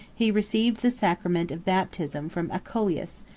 he received the sacrament of baptism from acholius,